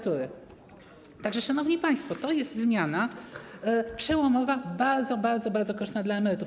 Tak że, szanowni państwo, to jest zmiana przełomowa, bardzo, bardzo korzystna dla emerytów.